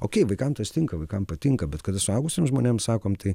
okei vaikam tas tinka vaikam patinka bet kada suaugusiem žmonėm sakom tai